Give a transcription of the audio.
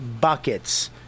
buckets